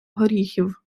горіхів